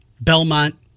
Belmont